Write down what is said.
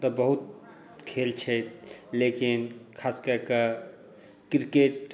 तऽ बहुत खेल छै लेकिन खासकऽ कऽ क्रिकेट